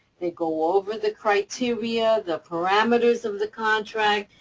they go over the criteria, the parameters of the contract.